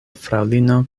fraŭlino